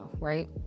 right